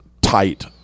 tight